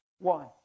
One